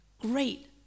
great